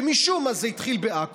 שמשום מה זה התחיל בעכו,